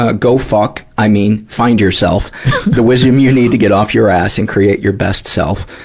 ah go f ah ck, i mean, find yourself the wisdom you need to get off your ass and create your best self.